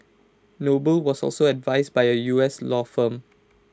noble was also advised by A U S law firm